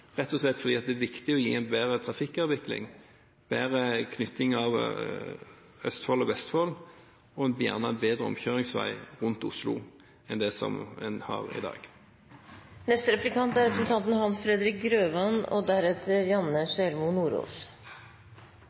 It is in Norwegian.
rett og slett fordi det er viktig med en bedre trafikkavvikling og en bedre sammenknytting av Østfold og Vestfold, og gjerne en bedre omkjøringsvei rundt Oslo enn det en har i dag. Direktoratet for samfunnssikkerhet og